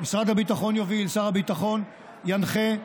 משרד הביטחון יוביל, שר הביטחון ינחה,